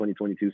2022